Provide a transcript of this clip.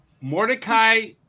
Mordecai